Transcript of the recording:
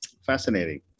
Fascinating